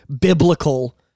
biblical